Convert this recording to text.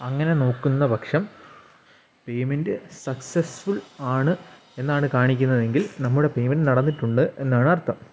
അങ്ങനെ നോക്കുന്ന പക്ഷം പേയ്മെൻറ്റ് സക്സസ്ഫുൾ ആണ് എന്നാണ് കാണിക്കുന്നത് എങ്കിൽ നമ്മുടെ പെയ്മെൻറ്റ് നടന്നിട്ടുണ്ട് എന്നാണർത്ഥം